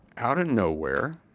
out of nowhere,